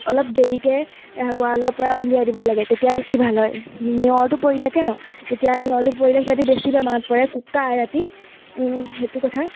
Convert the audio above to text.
অলপ দেৰিকৈ গঁৰালৰ পৰা উলিয়াই দিব লাগে তেতিয়া বেছি ভাল হয় নিয়ৰটো পৰি থাকে ন তেতিয়া নিয়ৰটো পৰিলে সিহঁতে বেছি বেমাৰত পৰে কেকায় ৰাতি সেইটো কথা